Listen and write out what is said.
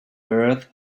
earth